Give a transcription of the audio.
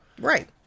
Right